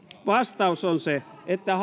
vastaus on se että